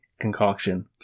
concoction